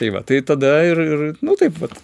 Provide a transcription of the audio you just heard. tai va tai tada ir ir nu taip vat